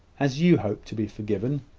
as you hope to be forgiven?